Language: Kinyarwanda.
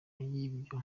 y’ibyo